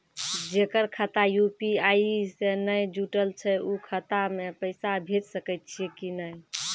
जेकर खाता यु.पी.आई से नैय जुटल छै उ खाता मे पैसा भेज सकै छियै कि नै?